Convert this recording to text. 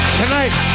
tonight